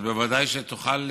אז ודאי תוכל,